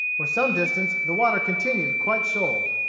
for some distance the water continued quite shoal.